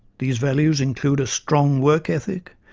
these values include a strong work ethic,